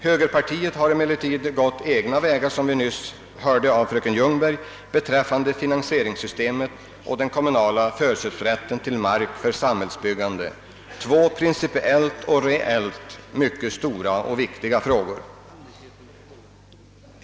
Högerpartiet har emellertid gått egna vägar, som vi nyss hörde av fröken Ljungberg, beträffande finansieringssystemet och den kommunala förköpsrätten till mark för samhällsbyggandet, två principiellt och reellt mycket stora och viktiga frågor.